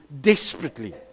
desperately